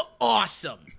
awesome